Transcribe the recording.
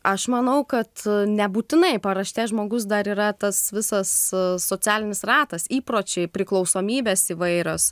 aš manau kad nebūtinai paraštės žmogus dar yra tas visas socialinis ratas įpročiai priklausomybės įvairios